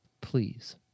Please